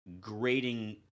grading